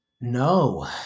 no